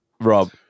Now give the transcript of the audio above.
Rob